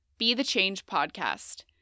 bethechangepodcast